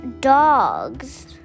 dogs